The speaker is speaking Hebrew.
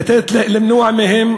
ולמנוע מהם,